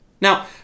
Now